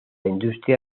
industria